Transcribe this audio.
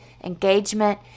engagement